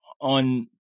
on